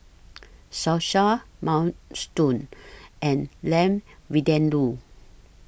Salsa Minestrone and Lamb Vindaloo